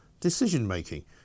decision-making